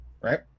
Right